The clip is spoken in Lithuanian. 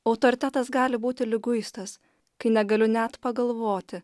autoritetas gali būti liguistas kai negaliu net pagalvoti